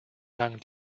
lang